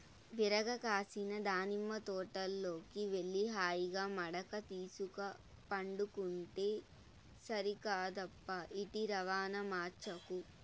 విరగ కాసిన దానిమ్మ తోటలోకి వెళ్లి హాయిగా మడక తీసుక పండుకుంటే సరికాదప్పా ఈటి రవాణా మార్చకు